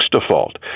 default